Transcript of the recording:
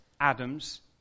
Adam's